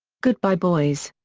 good-bye boys.